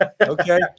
Okay